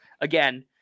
again